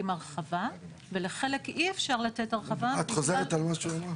הרחבה ולחלק אי-אפשר לתת הרחבה --- את חוזרת על מה שהוא אמר.